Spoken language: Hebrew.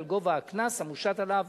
על גובה ה"קנס" המושת עליו